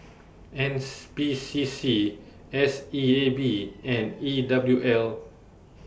N S P C C S E A B and E W L